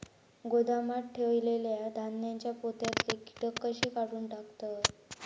गोदामात ठेयलेल्या धान्यांच्या पोत्यातले कीटक कशे काढून टाकतत?